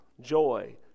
joy